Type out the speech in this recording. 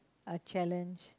a challenge